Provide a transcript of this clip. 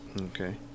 Okay